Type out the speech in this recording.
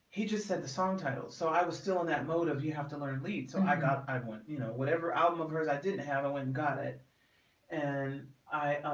he just said the song title. so i was still in that mode of you have to learn lead, so and i got i want you know whatever album of hers i didn't have it when got it and i